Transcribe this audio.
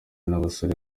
n’abasore